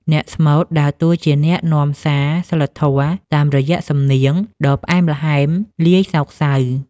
អ្នកស្មូតដើរតួជាអ្នកនាំសារសីលធម៌ តាមរយៈសំនៀងដ៏ផ្អែមល្ហែមលាយសោកសៅ។